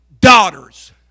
daughters